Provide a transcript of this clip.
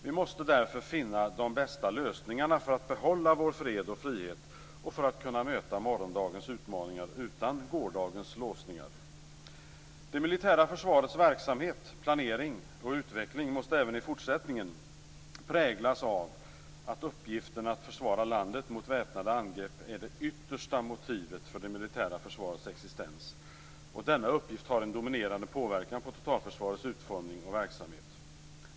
Vi måste därför finna de bästa lösningarna för att behålla vår fred och frihet och för att kunna möta morgondagens utmaningar utan gårdagens låsningar. Det militära försvarets verksamhet, planering och utveckling måste även i fortsättningen präglas av att uppgiften att försvara landet mot väpnade angrepp är det yttersta motivet för det militära försvarets existens. Denna uppgift har en dominerande påverkan på totalförsvarets utformning och verksamhet.